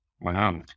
Wow